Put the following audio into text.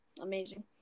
amazing